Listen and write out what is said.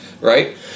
right